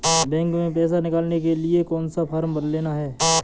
Bank में पैसा निकालने के लिए कौन सा फॉर्म लेना है?